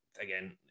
Again